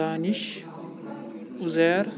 دانِش اُزیر